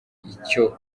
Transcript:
icyo